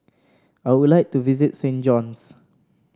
I would like to visit Saint John's